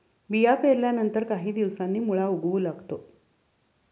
बिया पेरल्यानंतर काही दिवसांनी मुळा उगवू लागतो